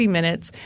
Minutes